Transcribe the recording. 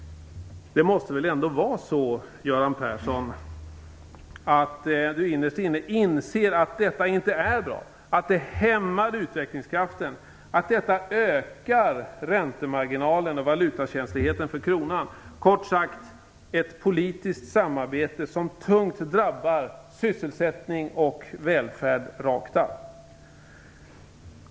Göran Persson måste ändå innerst inne inse att detta inte är bra, att detta hämmar utvecklingskraften och att detta ökar räntemarginalen och valutakänsligheten för kronan. Kort sagt är det ett politiskt samarbete som tungt drabbar sysselsättningen och välfärden rakt av.